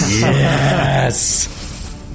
yes